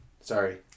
Sorry